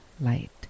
light